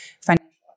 financial